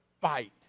fight